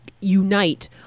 unite